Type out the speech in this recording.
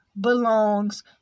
belongs